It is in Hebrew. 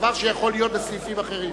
דבר שיכול להיות בסעיפים אחרים.